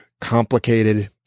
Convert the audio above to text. complicated